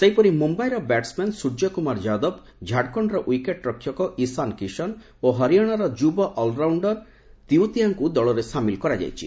ସେହିପରି ମୁମ୍ବାଇର ବ୍ୟାଟ୍ୱମ୍ୟାନ ସ୍ୱର୍ଯ୍ୟ କୁମାର ଯାଦବ ଝାଡଖଣ୍ଡର ୱିକେଟ ରକ୍ଷକ ଇସାନ କିଶନ ଓ ହରିୟାଣାର ଯୁବ ଅଲରାଉଣ୍ଡର ତିଓ୍ୱତିଆଙ୍କୁ ଦଳରେ ସାମିଲ କରାଯାଇଛି